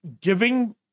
giving